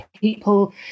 people